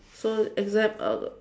so exam uh